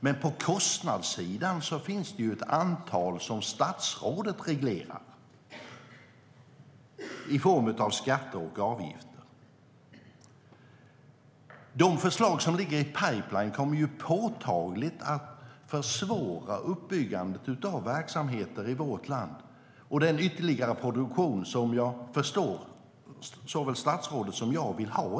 Men på kostnadssidan finns det ett antal skatter och avgifter som statsrådet reglerar.De förslag som ligger i pipeline kommer ju påtagligt att försvåra uppbyggandet av verksamheter i vårt land. Det gäller ytterligare produktion av livsmedel som såväl statsrådet som jag vill ha.